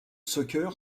soccer